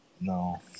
No